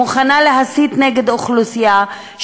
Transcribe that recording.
מוכנה להסית נגד אוכלוסייה,